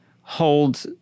hold –